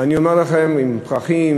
עם פרחים,